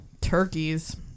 turkeys